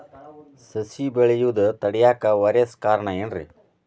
ಸಸಿ ಬೆಳೆಯುದ ತಡಿಯಾಕ ವೈರಸ್ ಕಾರಣ ಏನ್ರಿ?